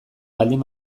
baldin